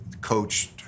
coached